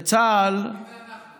וצה"ל, מי זה "אנחנו"?